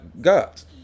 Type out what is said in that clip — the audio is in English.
gods